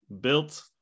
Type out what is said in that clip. built